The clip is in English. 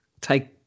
take